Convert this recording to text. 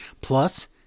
Plus